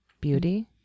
Beauty